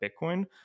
Bitcoin